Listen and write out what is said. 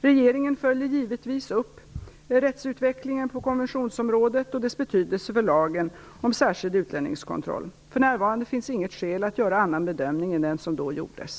Regeringen följer givetvis upp rättsutvecklingen på konventionsområdet och dess betydelse för lagen om särskild utlänningskontroll. För närvarande finns inget skäl att göra annan bedömning än den som då gjordes.